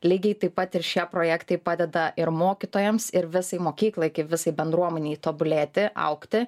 lygiai taip pat ir šie projektai padeda ir mokytojams ir visai mokyklai kaip visai bendruomenei tobulėti augti